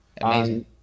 Amazing